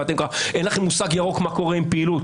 אין לכם מושג ירוק מה קורה עם הפעילות